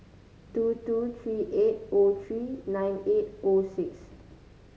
two two three eight O three nine eight O six